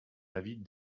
avis